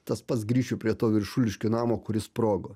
tas pats grįšiu prie to viršuliškių namo kuris sprogo